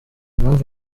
impamvu